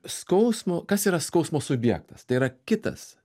skausmo kas yra skausmo subjektas tai yra kitas